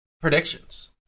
predictions